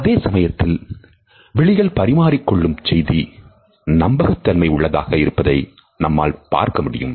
அதே சமயத்தில் விழிகள் பரிமாறிக்கொள்ளும் செய்தி நம்பகத்தன்மை உள்ளதாக இருப்பதை நம்மால் பார்க்க முடியும்